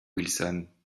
wilson